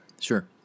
Sure